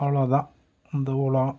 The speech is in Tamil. அவ்வளோ தான் இந்த உலகம்